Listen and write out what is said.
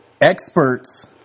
experts